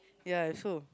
ya I also